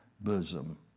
bosom